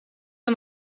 aan